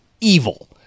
evil